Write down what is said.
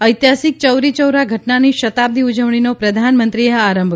ઐતિહાસિક ચૌરી ચૌરા ઘટનાની શતાબ્દી ઉજવણીનો પ્રધાનમંત્રીએ આરંભ